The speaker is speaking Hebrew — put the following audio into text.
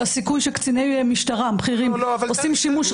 שהסיכוי שקציני משטרה בכירים עושים -- לא,